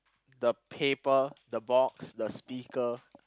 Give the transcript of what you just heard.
the paper the box the speaker